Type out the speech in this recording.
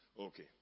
Okay